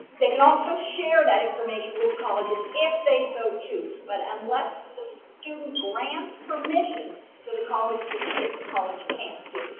they can also share that information will colleges if they so choose but unless the student grants permission to the college to see it college cant see